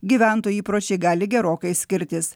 gyventojų įpročiai gali gerokai skirtis